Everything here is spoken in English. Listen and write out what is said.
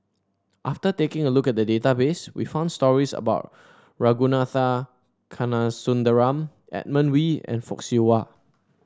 after taking a look at the database we found stories about Ragunathar Kanagasuntheram Edmund Wee and Fock Siew Wah